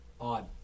Odd